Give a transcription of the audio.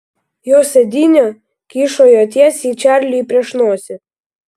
jos sėdynė kyšojo tiesiai čarliui prieš nosį